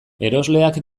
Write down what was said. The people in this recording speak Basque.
erosleak